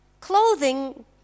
clothing